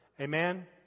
Amen